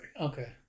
Okay